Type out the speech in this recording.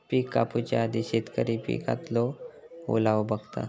पिक कापूच्या आधी शेतकरी पिकातलो ओलावो बघता